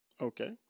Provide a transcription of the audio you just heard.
Okay